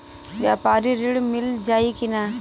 व्यापारी ऋण मिल जाई कि ना?